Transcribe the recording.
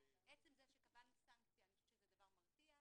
עצם זה שקבענו סנקציה אני חושבת שזה דבר מרתיע.